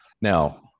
Now